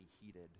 heated